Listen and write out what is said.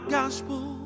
gospel